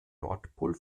nordpol